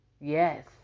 Yes